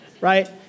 right